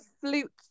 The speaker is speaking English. flute